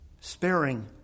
sparing